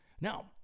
Now